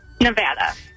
Nevada